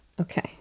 Okay